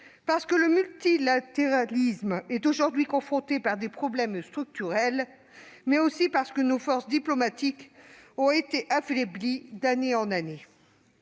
parce que le multilatéralisme est aujourd'hui confronté à des problèmes structurels, mais aussi parce que nos forces diplomatiques ont été affaiblies d'année en année.